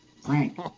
Frank